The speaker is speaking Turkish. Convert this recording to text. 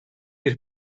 bir